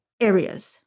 areas